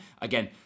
Again